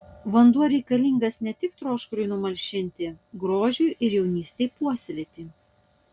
vanduo reikalingas ne tik troškuliui numalšinti grožiui ir jaunystei puoselėti